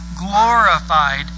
glorified